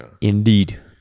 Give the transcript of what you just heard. Indeed